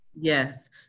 Yes